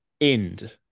end